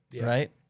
right